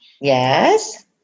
yes